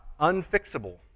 unfixable